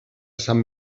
sant